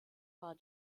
war